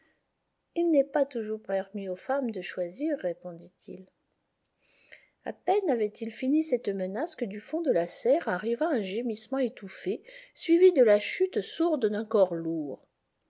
il n'est pas toujours permis aux femmes de choisir répondit-il a peine avait-il fini cette menace que du fond de la serre arriva un gémissement étouffé suivi de la chute sourde d'un corps lourd